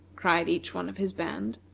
cried each one of his band.